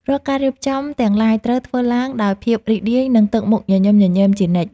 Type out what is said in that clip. រាល់ការរៀបចំទាំងឡាយត្រូវធ្វើឡើងដោយភាពរីករាយ និងទឹកមុខញញឹមញញែមជានិច្ច។